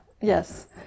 Yes